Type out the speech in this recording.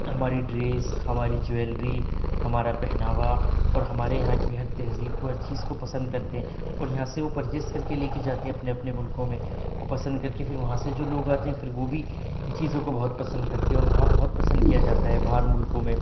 ہمارے ڈریس ہماری جوئلری ہمارا پہناوا اور ہمارے یہاں کی ہر تہذیب کو ہر چیز کو پسند کرتے اور یہاں سے وہ پرچیز کر کے لے کے جاتے اپنے اپنے مُلکوں میں اور پسند کر کے پھر سے وہاں سے جو لوگ آتے پھر وہ بھی چیزوں کو بہت پسند کرتے اور وہاں بہت پسند کیا جاتا ہے باہر مُلکوں میں